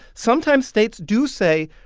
sometimes states do say,